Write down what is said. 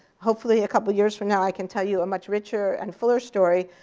hopefully a couple of years from now i can tell you a much richer and fuller story.